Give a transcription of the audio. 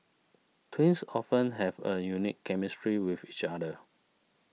twins often have a unique chemistry with each other